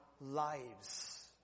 lives